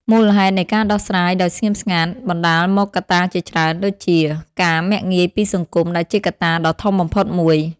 មូលហេតុនៃការដោះស្រាយដោយភាពស្ងៀមស្ងាត់បណ្តាលមកកត្តាជាច្រើនដូចជា ការមាក់ងាយពីសង្គមដែលជាកត្តាដ៏ធំបំផុតមួយ។